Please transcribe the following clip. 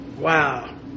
Wow